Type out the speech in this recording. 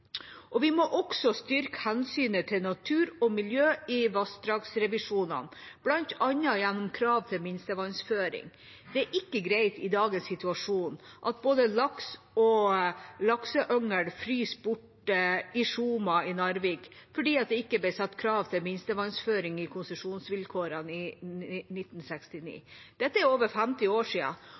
Vi må også styrke hensynet til natur og miljø i vassdragsrevisjonene, bl.a. gjennom krav til minstevannføring. Det er ikke greit i dagens situasjon at både laks og lakseyngel fryser bort i Skjoma i Narvik fordi det ikke ble satt krav til minstevannføring i konsesjonsvilkårene i 1969. Det er over 50 år